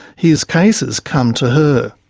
his cases come to her.